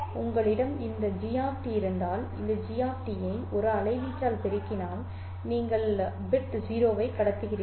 உங்களிடம் இந்த கிராம் டி இருந்தால் இந்த கிராம் டி ஐ ஒரு அலைவீச்சால் பெருக்கினால் நீங்கள் பிட் 0 ஐ கடத்துகிறீர்கள்